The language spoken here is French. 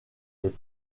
des